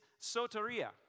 soteria